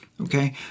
Okay